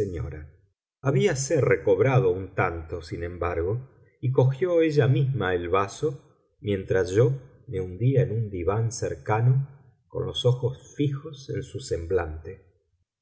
señora habíase recobrado un tanto sin embargo y cogió ella misma el vaso mientras yo me hundía en un diván cercano con los ojos fijos en su semblante